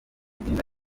kugenda